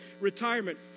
retirement